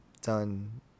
done